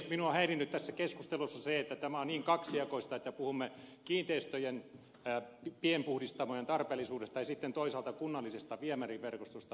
minua on häirinnyt tässä keskustelussa se että tämä on niin kaksijakoista että puhumme kiinteistöjen pienpuhdistamoiden tarpeellisuudesta ja sitten toisaalta kunnallisesta viemäriverkostosta